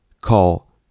call